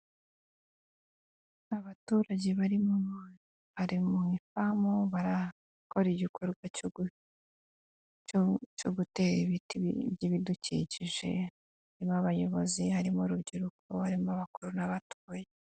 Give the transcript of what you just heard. Abaturage bari mu ifamu barakora igikorwa cyo gutera ibiti by'ibidukikije, harimo abayobozi, harimo urubyiruko, harimo abakururo n'abatoye.